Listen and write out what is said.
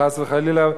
חס וחלילה,